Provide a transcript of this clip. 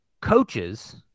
coaches